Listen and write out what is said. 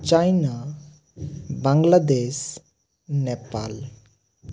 China Bangladesh Nepal